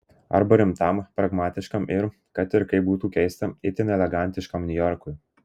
arba rimtam pragmatiškam ir kad ir kaip būtų keista itin elegantiškam niujorkui